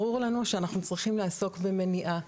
ברור לנו שאנחנו צריכים לעסוק במניעה.